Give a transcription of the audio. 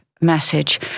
message